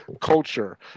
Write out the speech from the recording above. culture